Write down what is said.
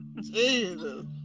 Jesus